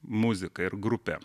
muzika ir grupė